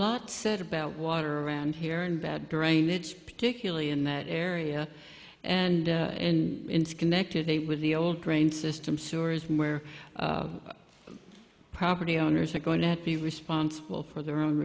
lot said about water around here and bad drainage particularly in that area and it's connected with the old train system stories where property owners are going to be responsible for their own